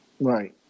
Right